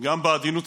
גם בעדינות הזאת,